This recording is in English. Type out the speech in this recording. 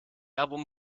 album